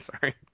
Sorry